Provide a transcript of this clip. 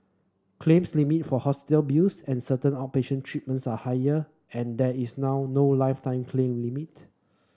claims limit for hospital bills and certain outpatient treatments are higher and there is now no lifetime claim limit